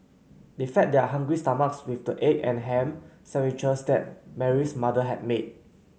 they fed their hungry stomachs with the egg and ham sandwiches that Mary's mother had made